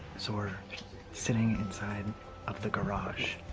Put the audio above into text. so we're sitting inside of the garage.